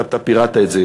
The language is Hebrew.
אתה פירטת את זה,